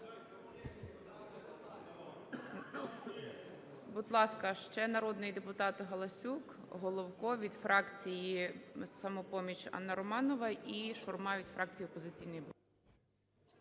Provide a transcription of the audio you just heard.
Будь ласка, ще народний депутат Галасюк. Головко. Від фракції "Самопоміч" Анна Романова. І Шурма від фракції